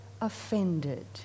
offended